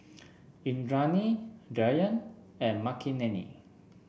Indranee Dhyan and Makineni